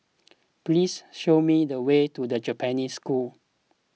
please show me the way to the Japanese School